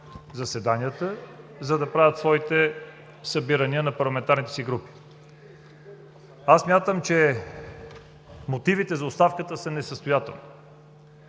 заседанията, за да правят своите събирания на парламентарните си групи. Аз смятам, че мотивите за оставката са несъстоятелни